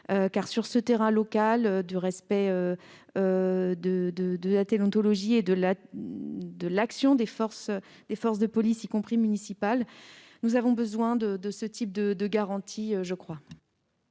Sur ce terrain local du respect de la déontologie et de l'action des forces de police, y compris municipales, nous avons besoin, je crois, de ce type de garanties.